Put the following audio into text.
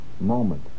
moment